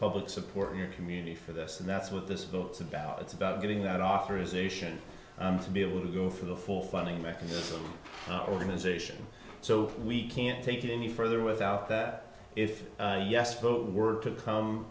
public support in your community for this and that's what this book's about it's about getting that authorization to be able to go for the full funding mechanism organization so we can't take it any further without that if a yes vote were to come